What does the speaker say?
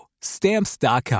stamps.com